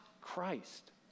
Christ